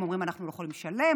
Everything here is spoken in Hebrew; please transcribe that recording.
הם אומרים: אנחנו לא יכולים לשלם,